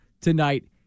tonight